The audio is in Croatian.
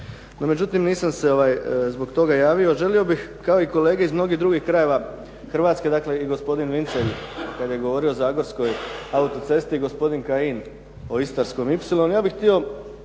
međutim, nisam se zbog toga javio, želio bih kao i kolege iz mnogih drugih krajeva Hrvatske, dakle i gospodin Vincelj kada je govorio o zagorskoj autocesti i gospodin Kajin o istarskom y, ja bih htio